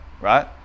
right